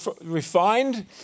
refined